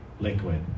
liquid